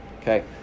Okay